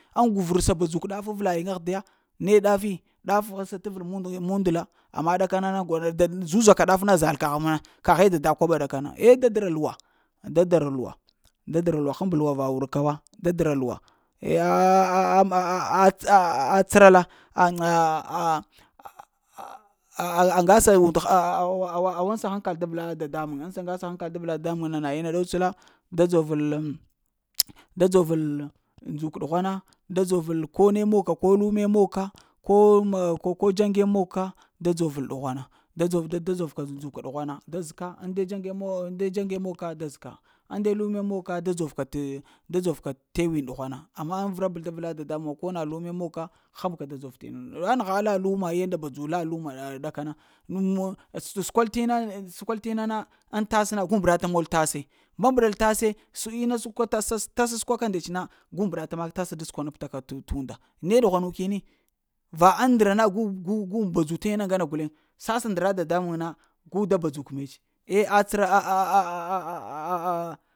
Ŋ kuvur sa t’ badzok ɗaf avla yiŋ aghdiya, ne ɗafi ɗaf sa ta vlə mun la amma ɗakana na ba zuzaka ɗaf na zal kagh ma kaghe dada kwaɓa dakana eh dadəɗa luwa, da dəra luwa dadəra luwa, həmaba luwa va wurka wa, dadəra luwa tsra la aŋga sal la waŋsal hankal da vla dada muŋ, ŋ saŋga sal hankal da vla dadamuŋ na na ina ɗots la da dzovel mm da dzovel ndzok ɗughwana, da dzovel ko ne mog ka ko lume mog ka ko ma ko dzaŋge moka da dzovel dughwana da dzovel vita da dzovel ndzoka dughwana da zəka inde, dzaŋge mo inde dzaŋge mog ka, da zəka inde to lume mog ka da dzovka da dzovka t’ ewen dughwana amma vəra bol da vla dadamuŋ wa ko na lume monka həmka da dzov t'na wa, anəgha a alla luma enda badzo la luma ɗakan ehn səkwal t'na, enh səkwal tina na, ŋ tas na gu vrata mot mbeəɗa tase mbambəɗal tase, tsəkəma ma tasa səkwa nɗets na gu mbəɗa tasa da səkwanab ta mol t unda ne ɗəhakuni va ŋ ndra na gu, gu gubadzo tən ina ŋgana guleŋ tas ndra dada muŋ na gu da badzok metse eh a tsəra ap,